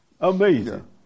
Amazing